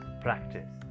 practice